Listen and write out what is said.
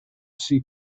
see